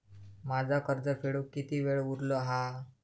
माझा कर्ज फेडुक किती वेळ उरलो हा?